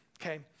okay